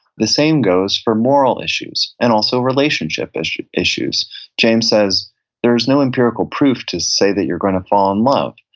the same goes for moral issues and also relationship issues. james says there is no empirical proof to say that you're going to fall in love,